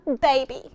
baby